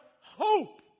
hope